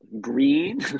green